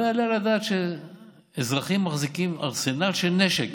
לא יעלה על הדעת שאזרחים מחזיקים ארסנל של נשק